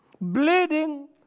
bleeding